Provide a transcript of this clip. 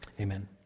Amen